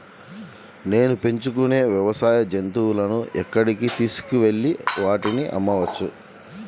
నేను పెంచుకొనే వ్యవసాయ జంతువులను ఎక్కడికి తీసుకొనివెళ్ళి వాటిని అమ్మవచ్చు?